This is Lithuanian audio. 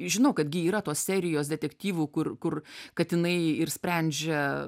žinau kad gi yra tos serijos detektyvų kur kur katinai ir sprendžia